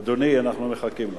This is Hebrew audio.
אדוני, אנחנו מחכים לך.